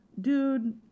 dude